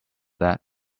that